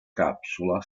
capsula